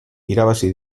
irabazi